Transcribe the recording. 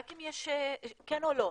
רק כן או לא.